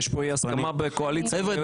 יש פה אי הסכמה בקואליציה --- חבר'ה,